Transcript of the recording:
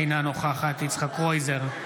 אינה נוכחת יצחק קרויזר,